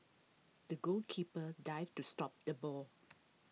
the goalkeeper dived to stop the ball